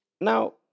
Now